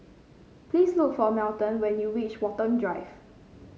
please look for Melton when you reach Watten Drive